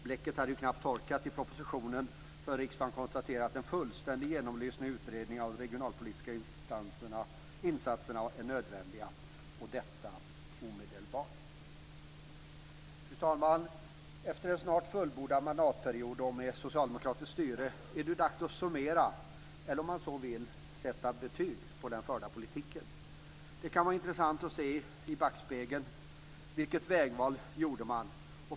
Bläcket hade knappt torkat i propositionen förrän riksdagen konstaterade att en fullständig genomlysning och utredning av de regionalpolitiska insatserna är nödvändiga - och detta omedelbart. Fru talman! Efter en snart fullbordad mandatperiod med socialdemokratiskt styre är det dags att summera, eller om man så vill, sätta betyg på den förda politiken. Det kan vara intressant att se i backspegeln vilket vägval man gjorde.